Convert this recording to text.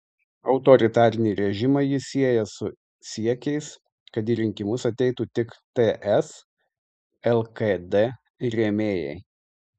autoritarinį režimą jis sieja su siekiais kad į rinkimus ateitų tik ts lkd rėmėjai